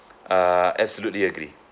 err absolutely agree